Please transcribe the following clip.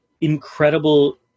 incredible